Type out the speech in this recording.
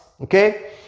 okay